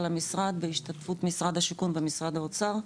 המשרד בהשתתפות משרד השיכון ומשרד האוצר.